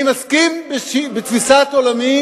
אני מסכים בתפיסת עולמי